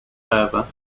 however